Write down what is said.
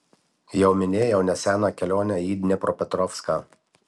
jau minėjau neseną kelionę į dniepropetrovską